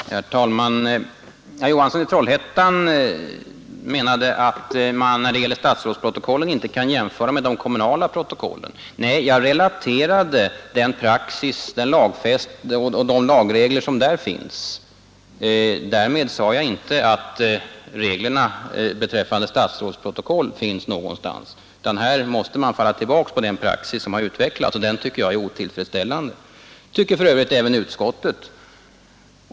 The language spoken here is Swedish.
Herr talman! Herr Johansson i Trollhättan menade att man inte kan jämföra statsrådsprotokollen med de kommunala protokollen. Nej, jag relaterade bara den praxis och de lagregler som finns för de kommunala protokollen. Därmed sade jag inte att det finns regler beträffande 41 statsrådsprotokollen — i fråga om dem måste man falla tillbaka på den praxis som utvecklats och som jag tycker är otillfredsställande. Det tycker för övrigt även utskottet.